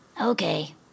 Okay